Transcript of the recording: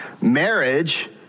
Marriage